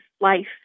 Life